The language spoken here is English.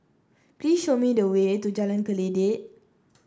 please show me the way to Jalan Kledek